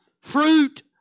fruit